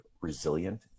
resilient